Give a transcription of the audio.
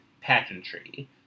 pageantry